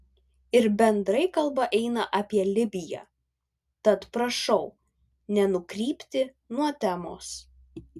ir bendrai kalba eina apie libiją tad prašau nenukrypti nuo temos